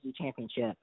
championship